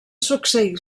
succeir